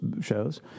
shows